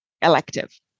elective